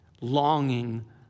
longing